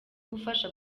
gufasha